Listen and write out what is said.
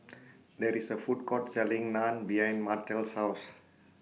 There IS A Food Court Selling Naan behind Martell's House